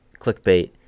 clickbait